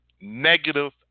negative